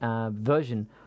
version